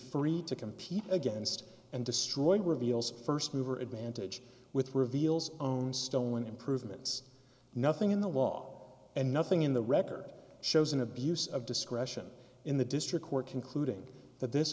free to compete against and destroy reveals first mover advantage with reveals own stolen improvements nothing in the law and nothing in the record shows an abuse of discretion in the district court concluding that this